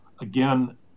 again